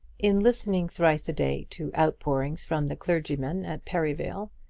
in listening thrice a day to outpourings from the clergymen at perivale,